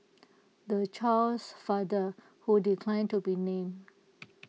the child's father who declined to be named